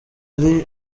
ari